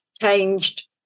changed